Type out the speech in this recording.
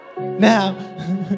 Now